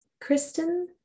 Kristen